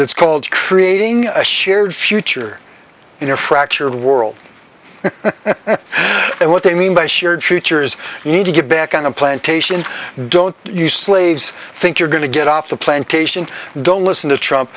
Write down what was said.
it's called creating a shared future in a fractured world and what they mean by shared future is you need to get back on a plantation don't you slaves think you're going to get off the plantation don't listen to trump